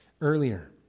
earlier